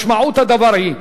משמעות הדבר היא,